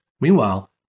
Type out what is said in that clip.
Meanwhile